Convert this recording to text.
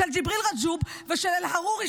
של ג'יבריל רג'וב ושל אל-עארורי,